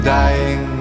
dying